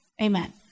Amen